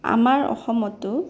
আমাৰ অসমতো